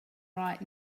right